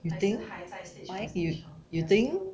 you think why you you think